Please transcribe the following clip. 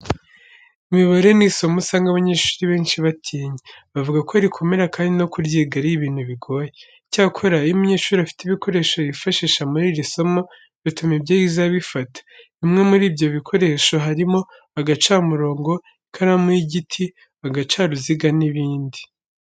Imibare ni isomo usanga abanyeshuri benshi batinya. Bavuga ko rikomera kandi no kuryiga ari ibintu bigoye. Icyakora, iyo umunyeshuri afite ibikoresho yifashisha muri iri somo bituma ibyo yize abifata. Bimwe muri ibyo bikoresho, harimo agacamurongo, ikaramu y'igiti, agacaruziga n'ibindi.